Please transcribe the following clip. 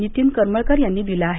नितीन करमळकर यांनी दिला आहे